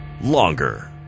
Longer